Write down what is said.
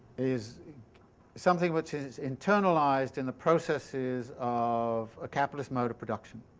is something which is internalized in the processes of a capitalist mode of production.